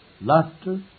laughter